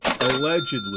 allegedly